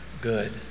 good